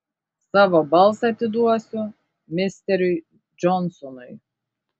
savo balsą atiduosiu misteriui džonsonui